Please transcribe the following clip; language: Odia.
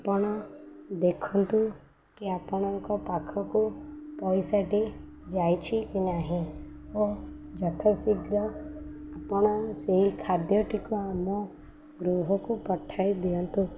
ଆପଣ ଦେଖନ୍ତୁ କି ଆପଣଙ୍କ ପାଖକୁ ପଇସାଟି ଯାଇଛି କି ନାହିଁ ଓ ଯଥା ଶୀଘ୍ର ଆପଣ ସେହି ଖାଦ୍ୟଟିକୁ ଆମ ଗୃହକୁ ପଠାଇ ଦିଅନ୍ତୁ